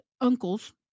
uncles